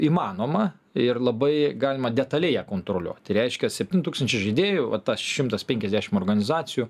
įmanoma ir labai galima detaliai ją kontroliuot tai reiškias septyni tūkstančių žaidėjų va tas šimtas penkiasdešim organizacijų